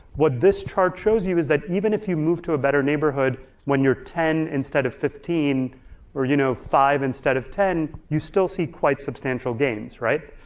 what this chart shows you is that even if you move to a better neighborhood when you're ten instead of fifteen or you know five instead of ten, you still see quite substantial gains, right?